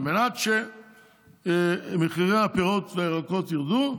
על מנת שמחירי הפירות והירקות ירדו,